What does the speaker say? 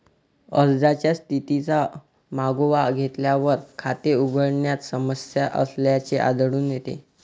अर्जाच्या स्थितीचा मागोवा घेतल्यावर, खाते उघडण्यात समस्या असल्याचे आढळून येते